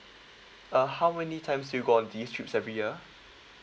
uh how many times you go on these trips every year